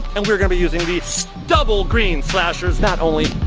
and we're going to be using these double green slashers. not only